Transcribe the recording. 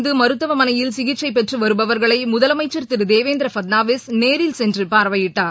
காயமடைந்து மருத்துவமனையில் சிகிச்சை பெற்று வருபவர்களை முதலமைச்சர் திரு தேவேந்திர பட்னவிஸ் நேரில் சென்று பார்வையிட்டார்